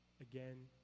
again